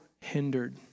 Hindered